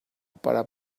para